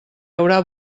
haurà